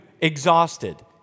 exhausted